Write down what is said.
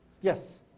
Yes